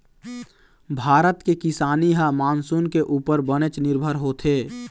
भारत के किसानी ह मानसून के उप्पर बनेच निरभर होथे